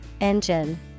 engine